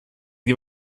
die